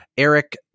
Eric